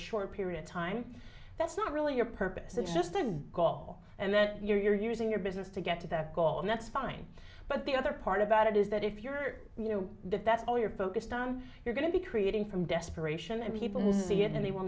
short period of time that's not really your purpose than just a goal and then you're using your business to get to that goal and that's fine but the other part about it is that if you're you know that that's all you're focused on you're going to be creating from desperation and people who see it and they will